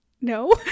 No